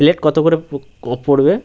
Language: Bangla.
প্লেট কত করে পড়বে